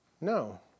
no